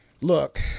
look